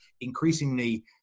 increasingly